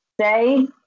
say